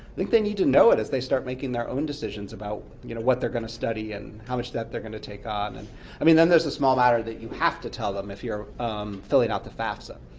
think they need to know it as they start making their own decisions about you know what they're going to study and how much of that they're going to take on. and i mean then there's the small matter that you have to tell them if you're filling out the fafsa,